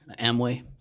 Amway